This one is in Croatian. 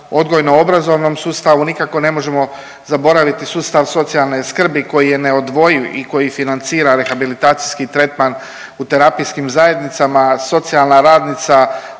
odgojno obrazovnom sustavu, nikako ne možemo zaboraviti sustav socijalne skrbi koji je neodvojiv i koji financira rehabilitacijski tretman u terapijskim zajednicama. Socijalna radnica